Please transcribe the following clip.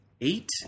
eight